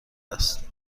است